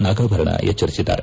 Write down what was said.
ನಾಗಾಭರಣ ಎಚ್ಚರಿಸಿದ್ದಾರೆ